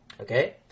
Okay